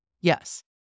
Yes